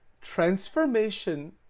transformation